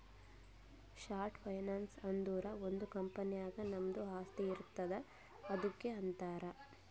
short finance ಅಂದುರ್ ಒಂದ್ company ನಾಗ್ ನಮ್ದು ಆಸ್ತಿ ಇರ್ತುದ್ ಅದುಕ್ಕ ಅಂತಾರ್